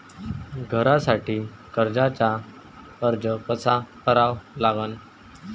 घरासाठी कर्जाचा अर्ज कसा करा लागन?